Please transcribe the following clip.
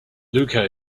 lucca